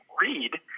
read